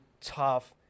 tough